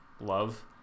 love